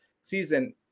season